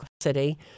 city